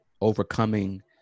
overcoming